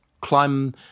climb